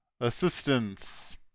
assistance